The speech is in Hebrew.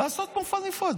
רוצים לעשות מופע נפרד.